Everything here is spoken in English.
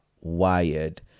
wired